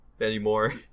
anymore